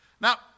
Now